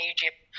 Egypt